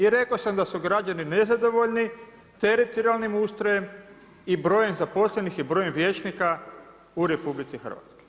I rekao sam da su građani nezadovoljni teritorijalnim ustrojem i brojem zaposlenih i brojem vijećnika u RH.